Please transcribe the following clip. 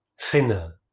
thinner